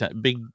big